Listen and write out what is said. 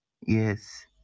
Yes